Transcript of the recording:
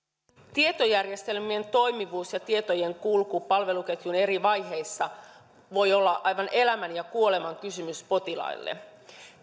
tietojärjestelmien toimivuus ja tietojen kulku palveluketjun eri vaiheissa voi olla aivan elämän ja kuoleman kysymys potilaille